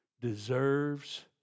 deserves